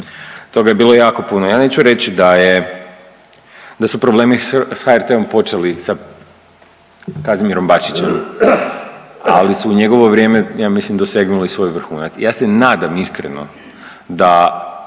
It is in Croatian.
toga je bilo jako puno. Ja neću reći da je, da su problemi s HRT-om počeli sa Kazimirom Bačićem, ali su u njegovo vrijeme ja mislim dosegnuli svoj vrhunac. Ja se nadam iskreno da